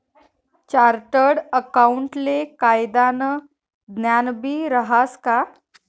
chartered अकाऊंटले कायदानं ज्ञानबी रहास का